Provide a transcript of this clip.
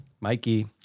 Mikey